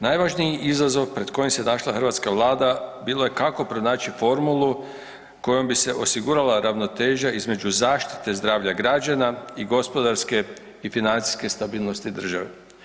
Najvažniji izazov pred kojim se našla hrvatska vlada bilo je kako pronaći formulu kojom bi se osigurala ravnoteža između zaštite zdravlja građana i gospodarske i financijske stabilnosti države.